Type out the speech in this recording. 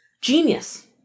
Genius